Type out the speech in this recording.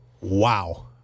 Wow